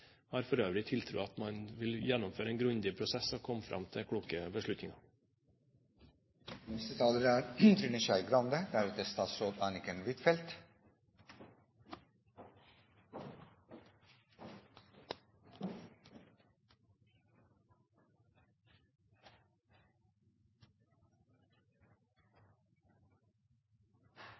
har for øvrig tiltro til at man vil gjennomføre en grundig prosess og komme fram til kloke